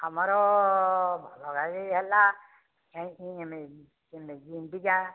ଆମର ତଥାପି ହେଲା ଯାଇକି ଗୁଣ୍ଡିଚା